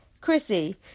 Chrissy